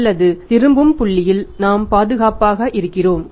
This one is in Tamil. அல்லது திரும்பும் புள்ளியில் நாம் பாதுகாப்பாக இருக்கிறோம்